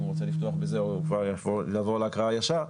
אם הוא רוצה לפתוח בזה או כבר לעבור להקראה ישר,